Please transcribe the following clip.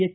H